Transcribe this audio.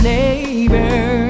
neighbor